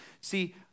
See